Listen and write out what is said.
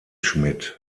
schmidt